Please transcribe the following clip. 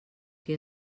que